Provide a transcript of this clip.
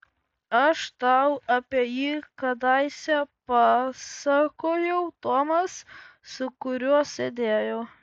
aš tau apie jį kadaise pasakojau tomas su kuriuo sėdėjau